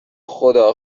خدا